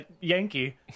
Yankee